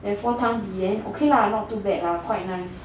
then four 汤底 then okay lah not too bad quite nice